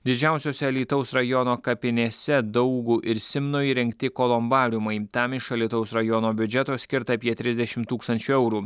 didžiausiose alytaus rajono kapinėse daugų ir simnų įrengti kolumbariumai tam iš alytaus rajono biudžeto skirta apie trisdešimt tūkstančių eurų